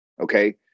Okay